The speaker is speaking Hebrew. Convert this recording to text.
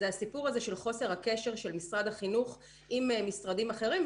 הסיפור של חוסר הקשר בין משרד החינוך למשרדים אחרים.